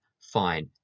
fine